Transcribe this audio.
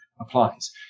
applies